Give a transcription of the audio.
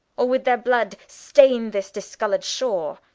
or with their blood staine this discoloured shore.